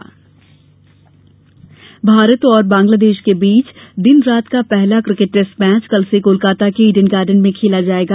cricket Bharat और बंगलादेश के बीच दिन रात का पहला क्रिकेट टेस्ट मैच कल से कोलकाता के ईडन गार्डन में खेला जायेगा